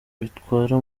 bitwara